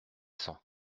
cents